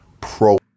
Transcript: Pro